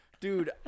Dude